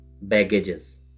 baggages